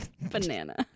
banana